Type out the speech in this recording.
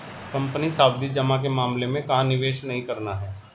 Company सावधि जमा के मामले में कहाँ निवेश नहीं करना है?